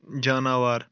جاناوار